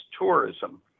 tourism